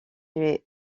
est